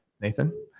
Nathan